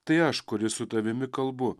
tai aš kuris su tavimi kalbu